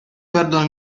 perdono